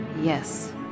Yes